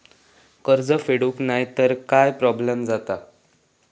कर्ज फेडूक नाय तर काय प्रोब्लेम जाता?